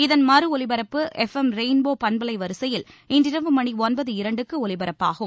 இதன் மறு ஒலிபரப்பு எஃப் எம் ரெயின்போ பண்பலை வரிசையில் இன்றிரவு மணி ஒன்பது இரண்டுக்கு ஒலிபரப்பாகும்